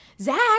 Zach